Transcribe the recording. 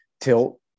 tilt